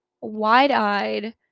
wide-eyed